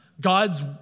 God's